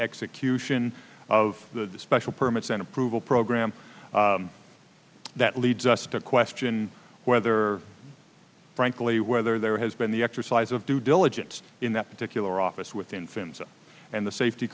execution of the special permits and approval program that leads us to question whether frankly whether there has been the exercise of due diligence in that particular office with infants and the safety